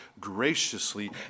graciously